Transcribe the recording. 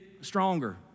stronger